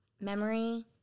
memory